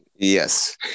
Yes